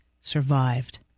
survived